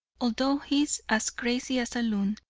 although he is as crazy as a loon,